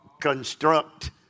construct